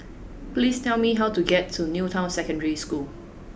please tell me how to get to New Town Secondary School